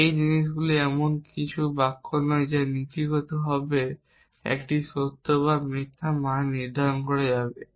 এই জিনিসগুলি এমন কিছু বাক্য নয় যা নীতিগতভাবে একটি সত্য বা মিথ্যা মান নির্ধারণ করা যেতে পারে